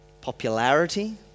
popularity